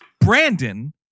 Brandon